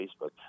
Facebook